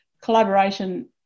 collaboration